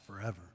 forever